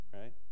right